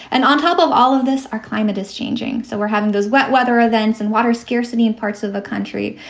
and on top of all of this, our climate is changing. so we're having those wet weather events and water scarcity in parts of the country,